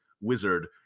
wizard